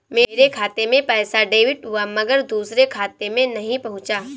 मेरे खाते से पैसा डेबिट हुआ मगर दूसरे खाते में नहीं पंहुचा